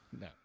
No